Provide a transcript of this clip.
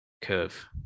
curve